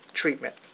treatment